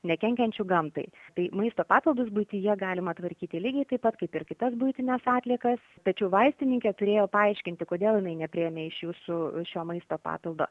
nekenkiančių gamtai tai maisto papildus buityje galima tvarkyti lygiai taip pat kaip ir kitas buitines atliekas tačiau vaistininkė turėjo paaiškinti kodėl jinai nepriėmė iš jūsų šio maisto papildo